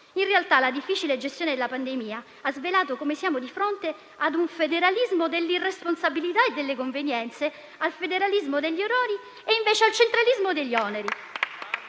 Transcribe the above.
In realtà, la difficile gestione della pandemia ha svelato come siamo di fronte ad un federalismo dell'irresponsabilità e delle convenienze, al federalismo degli errori e invece al centralismo degli oneri